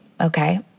okay